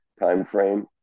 timeframe